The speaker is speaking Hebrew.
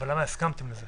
אבל למה הסכמתם לזה?